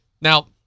Now